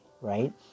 right